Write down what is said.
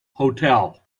hotel